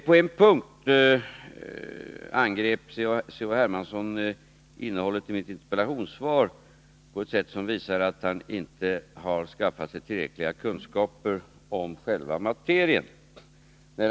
På en punkt angriper Carl-Henrik Hermansson innehållet i mitt interpellationssvar på ett sätt som visar att han inte har skaffat sig tillräckliga kunskaper om själva materian.